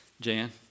Jan